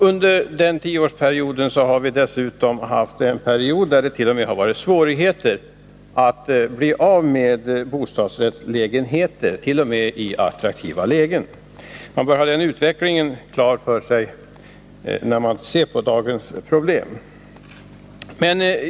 Under dessa tio år har vi t.o.m. haft en period då det varit svårigheter att bli av med bostadsrättslägenheter, också i attraktiva lägen. Man bör ha denna utveckling klar för sig när man ser på dagens problem.